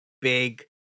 big